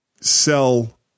sell